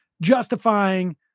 justifying